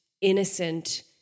innocent